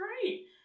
great